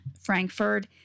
Frankfurt